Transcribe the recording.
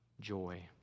joy